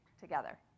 together